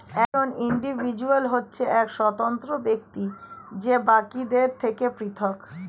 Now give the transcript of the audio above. একজন ইন্ডিভিজুয়াল হচ্ছে এক স্বতন্ত্র ব্যক্তি যে বাকিদের থেকে পৃথক